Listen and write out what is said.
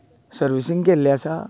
servicing केल्लें आसा